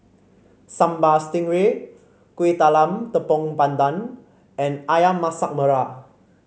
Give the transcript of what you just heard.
Sambal Stingray Kuih Talam Tepong Pandan and ayam Masak Merah